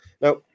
Now